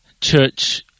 church